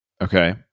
okay